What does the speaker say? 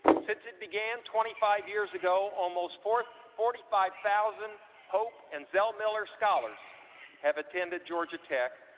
since it began twenty five years ago, almost forty forty five thousand hope and zell miller scholars have attended georgia tech,